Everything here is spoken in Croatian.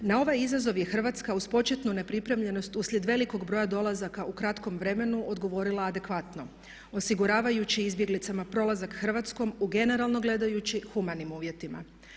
Na ovaj izazov je Hrvatska uz početnu nepripremljenost uslijed velikog broja dolazaka u kratkom vremenu odgovorila adekvatno osiguravajući izbjeglicama prolazak Hrvatskom u generalno gledajući humanim uvjetima.